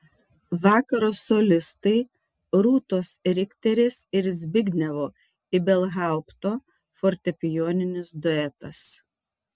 vakaro solistai rūtos rikterės ir zbignevo ibelhaupto fortepijoninis duetas